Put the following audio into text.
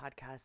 Podcast